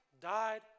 died